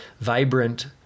vibrant